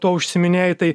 tuo užsiiminėji tai